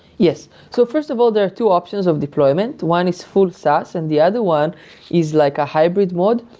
yes. so first of all, there are two options of deployment. one is full saas and the other one is like a hybrid mod,